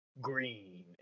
green